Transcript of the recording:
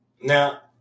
Now